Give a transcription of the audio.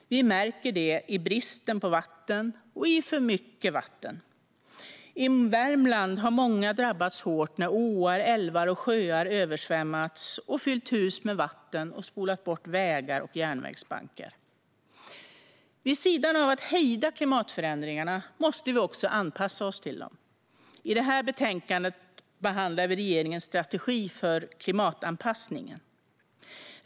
Vi märker det i bristen på vatten och i att det är för mycket vatten. I Värmland har många drabbats hårt när åar, älvar och sjöar översvämmats och fyllt hus med vatten och spolat bort vägar och järnvägsbankar. Vid sidan av arbetet med att hejda klimatförändringarna måste vi också anpassa oss till dem. I det här betänkandet behandlar vi regeringens strategi för klimatanpassning.